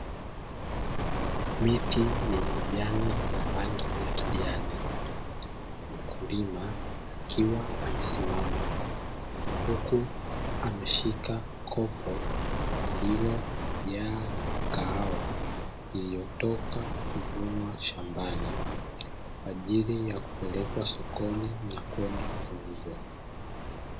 Miti yenye majani ya rangi ya kijani, mkulima akiwa amesimama huku ameshika kopo lililojaa kahawa iliyotoka kuvunwa shambani, kwa ajili ya kupelekwa sokoni na kwenda kuuzwa.